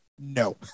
No